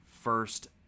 first